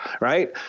right